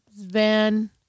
Van